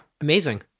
amazing